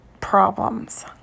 problems